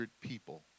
people